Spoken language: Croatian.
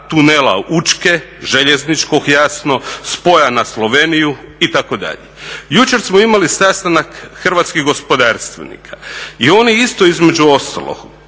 tunela Učke, željezničkog jasno spoja na Sloveniju itd. Jučer smo imali sastanak hrvatskih gospodarstvenika i oni isto između ostalog